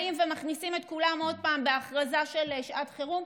באים ומכניסים את כולם עוד פעם בהכרזה של שעת חירום.